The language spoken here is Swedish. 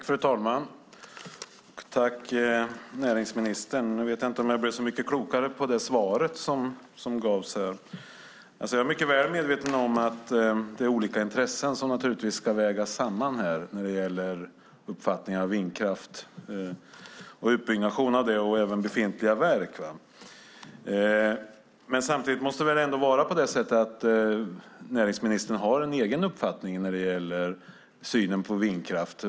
Fru talman! Tack, näringsministern! Jag vet inte om jag blev så mycket klokare av det svar som gavs. Jag är mycket väl medveten om att det är olika intressen som naturligtvis ska vägas samman när det gäller uppfattningar om vindkraft, utbyggnad av detta och även befintliga verk, men samtidigt måste det ändå vara på det sättet att näringsministern har en egen uppfattning när det gäller synen på vindkraft.